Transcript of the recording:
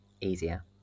easier